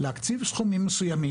יכולים להתחבר להקציב סכומים מסוימים